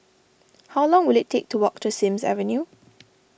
how long will it take to walk to Sims Avenue